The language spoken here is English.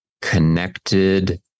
connected